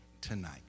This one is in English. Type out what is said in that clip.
tonight